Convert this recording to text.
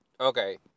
Okay